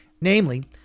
namely